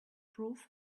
prove